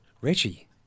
Richie